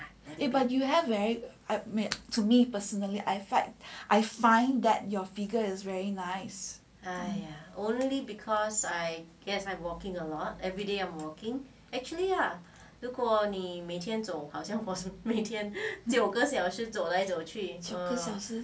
but you have very to me personally I find I find that your figure is very nice 九个小时